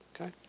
Okay